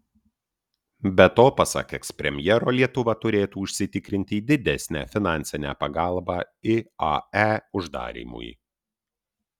be to pasak ekspremjero lietuva turėtų užsitikrinti didesnę finansinę pagalbą iae uždarymui